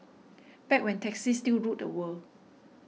back when taxis still ruled the world